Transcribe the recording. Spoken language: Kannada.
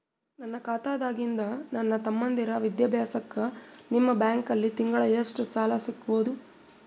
ನನ್ನ ಖಾತಾದಾಗಿಂದ ನನ್ನ ತಮ್ಮಂದಿರ ವಿದ್ಯಾಭ್ಯಾಸಕ್ಕ ನಿಮ್ಮ ಬ್ಯಾಂಕಲ್ಲಿ ತಿಂಗಳ ಎಷ್ಟು ಸಾಲ ಸಿಗಬಹುದು?